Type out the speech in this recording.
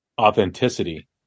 authenticity